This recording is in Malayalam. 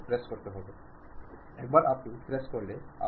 അല്ലാത്തപക്ഷം ആശയവിനിമയം പരാജയപ്പെട്ടേക്കാം